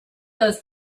those